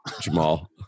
Jamal